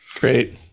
Great